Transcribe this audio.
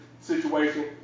situation